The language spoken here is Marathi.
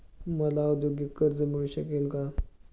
मला औद्योगिक कर्ज मिळू शकेल का?